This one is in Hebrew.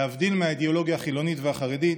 להבדיל מהאידיאולוגיה החילונית והחרדית,